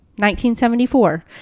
1974